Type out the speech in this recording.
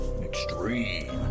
Extreme